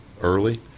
early